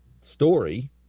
story